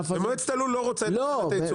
ומועצת הלול לא רוצה את הגדלת הייצור.